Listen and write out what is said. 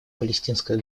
палестинское